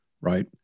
right